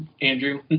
Andrew